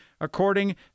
according